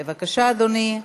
בבקשה, אדוני,